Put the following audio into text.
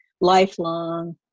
lifelong